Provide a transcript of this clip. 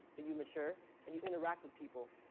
you mature, and you interact with people.